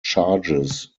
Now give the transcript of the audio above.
charges